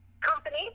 Company